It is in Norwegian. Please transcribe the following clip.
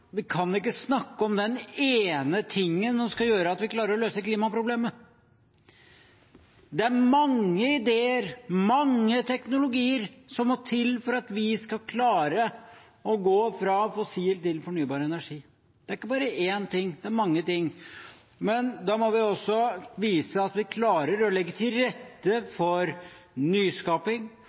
vi kan ikke snakke om den ene tingen som skal gjøre at vi klarer å løse klimaproblemet. Det er mange ideer, mange teknologier som må til for at vi skal klare å gå fra fossil til fornybar energi. Det er ikke bare én ting, det er mange ting, men da må vi også vise at vi klarer å legge til rette for nyskaping,